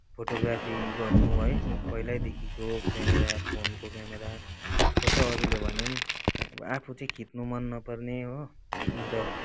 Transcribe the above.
photography गर्नु है पहिल्यैदेखिको क्यामेरा फोनको क्यामेरा कसै अरूले भने पनि आफू चाहिँ खिच्नु मन नपर्ने हो अन्त